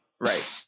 Right